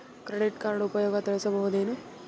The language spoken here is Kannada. ಕ್ರೆಡಿಟ್ ಕಾರ್ಡ್ ಉಪಯೋಗ ತಿಳಸಬಹುದೇನು?